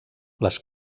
les